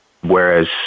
Whereas